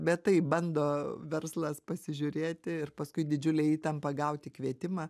bet taip bando verslas pasižiūrėti ir paskui didžiulė įtampa gauti kvietimą